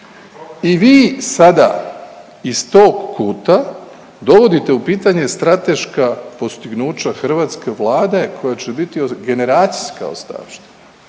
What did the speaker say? I vi sada iz tog kuta dovodite u pitanje strateška postignuća hrvatske Vlade koja će biti generacijska ostavština